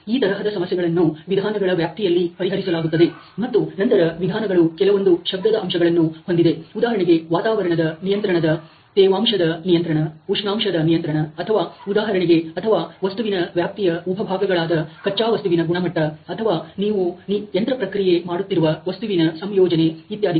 ಈ ತರಹದ ಸಮಸ್ಯೆಗಳನ್ನು ವಿಧಾನಗಳ ವ್ಯಾಪ್ತಿಯಲ್ಲಿ ಪರಿಹರಿಸಲಾಗುತ್ತದೆ ಮತ್ತು ನಂತರ ವಿಧಾನಗಳು ಕೆಲವೊಂದು ಶಬ್ದದ ಅಂಶಗಳನ್ನು ಹೊಂದಿದೆ ಉದಾಹರಣೆಗೆ ವಾತಾವರಣದ ನಿಯಂತ್ರಣದ ತೇವಾಂಶದ ನಿಯಂತ್ರಣ ಉಷ್ಣಾಂಶದ ನಿಯಂತ್ರಣ ಅಥವಾ ಉದಾಹರಣೆಗೆ ಅಥವಾ ವಸ್ತುವಿನ ವ್ಯಾಪ್ತಿಯ ಉಪಭಾಗಗಳಾದ ಕಚ್ಚಾವಸ್ತುವಿನ ಗುಣಮಟ್ಟ ಅಥವಾ ನೀವು ಯಂತ್ರ ಪ್ರಕ್ರಿಯೆ ಮಾಡುತ್ತಿರುವ ವಸ್ತುವಿನ ಸಂಯೋಜನೆ ಇತ್ಯಾದಿಗಳು